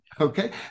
Okay